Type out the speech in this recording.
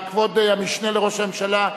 כבוד המשנה לראש הממשלה,